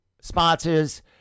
sponsors